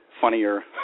funnier